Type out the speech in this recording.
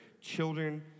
children